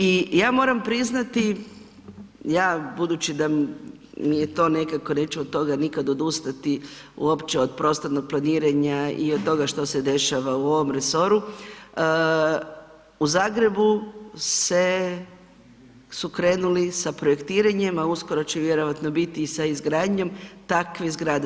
I ja moram priznati, ja budući da mi je to nekako, neću od toga nikad odustati, uopće od prostornog planiranja i od toga što se dešava u ovom resoru, u Zagrebu su krenuli sa projektiranjem a uskoro će vjerojatno biti i sa izgradnjom takvih zgrada.